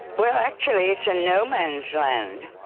well, actually it's a no man's land